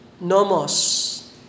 Nomos